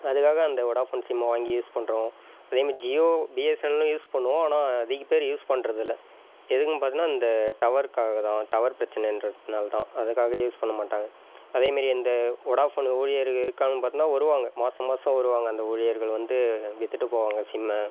அதுக்காக அந்த வோடாஃபோன் சிம்மை வாங்கி யூஸ் பண்ணுறோம் அதே மாதிரி ஜியோ பிஎஸ்என்எல்லும் யூஸ் பண்ணுவோம் ஆனால் அதிக பேர் யூஸ் பண்ணுறது இல்லை எதுக்குன்னு பார்த்தா இந்த டவருக்காக தான் டவர் பிரச்சினைன்றதுனால தான் அதுக்காக யூஸ் பண்ணமாட்டாங்க அதே மாதிரி அந்த வோடாஃபோன் ஊழியர்கள் எதுக்காகன்னு பாத்தீங்கன்னா வருவாங்க மாதம் மாதம் வருவாங்க அந்த ஊழியர்கள் வந்து விற்றுட்டு போவாங்க சிம்மை